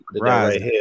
right